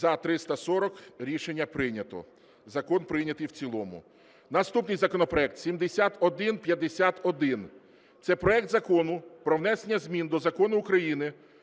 За – 340 Рішення прийнято. Закон прийнятий в цілому. Наступний законопроект 7151. Це проект Закону про внесення змін до Закону України